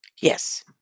Yes